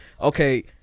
Okay